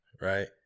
right